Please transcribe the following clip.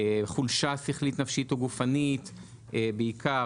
חולשה שכלית נפשית או גופנית בעיקר,